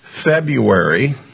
February